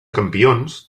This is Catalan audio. campions